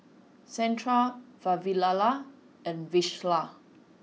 Santha Vavilala and Vishal